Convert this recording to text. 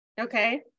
Okay